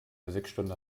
physikstunde